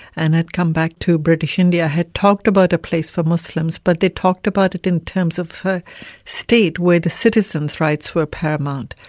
and had come back to british india, had talked about a place for muslims, but they talked about it in terms of state, where the citizens rights were paramount,